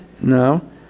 no